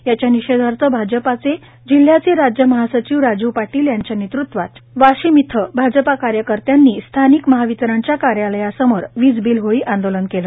याच्या निषेधार्थ भाजपाचे जिल्ह्याचे राज्य महासचिव राजू पाटील राजे यांच्या नेतृत्वात वाशिम इथं भाजपा कार्यकर्त्यांनी स्थानिक महावितरणच्या कार्यालयासमोर विज बिल होळी आंदोलन केलं